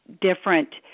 different